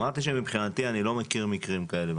אמרתי שמבחינתי אני לא מכיר מקרים כאלה.